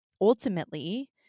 ultimately